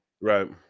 Right